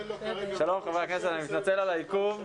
שלום חברי הכנסת, אני מתנצל על העיכוב.